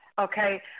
Okay